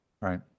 Right